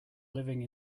living